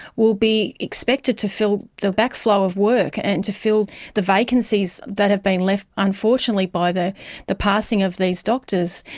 will be expected to fill the backflow of work and to fill the vacancies that have been left unfortunately by the the passing of these doctors.